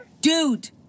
Dude